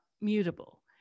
mutable